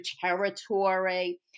territory